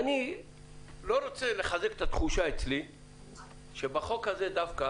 אני לא רוצה לחדד את התחושה אצלי שבחוק הזה דווקא